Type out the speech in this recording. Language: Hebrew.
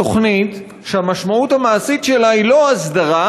בתוכנית שהמשמעות המעשית שלה היא לא הסדרה,